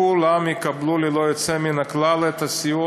כולם יקבלו ללא יוצא מן הכלל את הסיוע